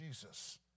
Jesus